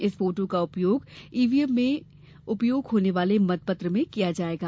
इस फोटो का उपयोग ईवी एम में उपयोग होने वाले मतपत्र में किया जायेगा